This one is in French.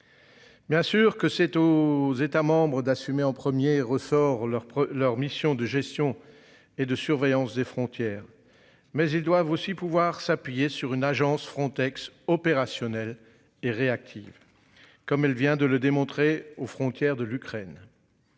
Bien sûr que c'est aux États d'assumer en premier ressort leur leur mission de gestion et de surveillance des frontières, mais ils doivent aussi pouvoir s'appuyer sur une agence Frontex opérationnel et réactive. Comme elle vient de le démontrer, aux frontières de l'Ukraine.